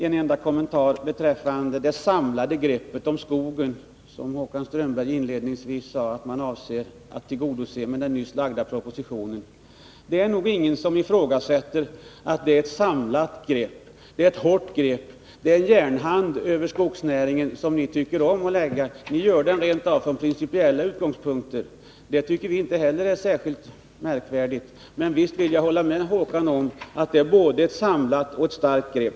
En enda kommentar beträffande det samlade grepp om skogen som Håkan Strömberg inledningsvis sade att man avsåg att åstadkomma med den nyss framlagda propositionen. Det är nog ingen som ifrågasätter att den innebär ett samlat grepp. Det är ett hårt grepp. Ni lägger en järnhand över skogsnäringen, och ni tycker om att göra det; ni gör det rent av från principiella utgångspunkter. Det tycker inte vi heller är särskilt märkvärdigt. Men visst vill jag hålla med Håkan Strömberg om att det är både ett samlat och ett hårt grepp.